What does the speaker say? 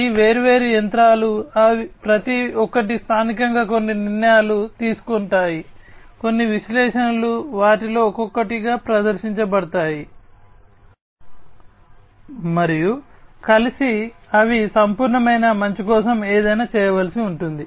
ఈ వేర్వేరు యంత్రాలు ప్రతి ఒక్కటి స్థానికంగా కొన్ని నిర్ణయాలు తీసుకుంటాయి కొన్ని విశ్లేషణలు వాటిలో ఒక్కొక్కటిగా ప్రదర్శించబడతాయి మరియు కలిసి అవి సంపూర్ణమైన మంచి కోసం ఏదైనా చేయవలసి ఉంటుంది